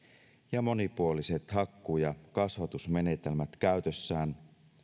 ja monipuoliset hakkuu ja kasvatusmenetelmät käytössään